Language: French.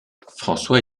françois